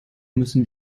müssen